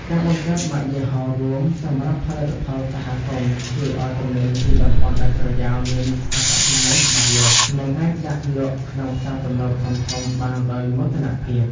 ការបង្កើតម៉ាកយីហោរួមសម្រាប់ផលិតផលសហគមន៍ ជួយឱ្យទំនិញពីតំបន់ដាច់ស្រយាលមានអត្តសញ្ញាណច្បាស់លាស់ និងអាចដាក់លក់ក្នុងផ្សារទំនើបធំៗបានដោយមោទនភាព។